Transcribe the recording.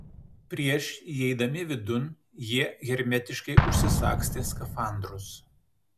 prieš įeidami vidun jie hermetiškai užsisagstė skafandrus